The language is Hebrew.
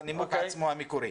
תירוץ יותר חצוף מהנימוק המקורי.